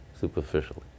superficially